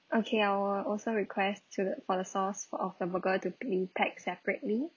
okay I will also request to for the sauce for of the burger to be packed separately